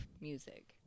music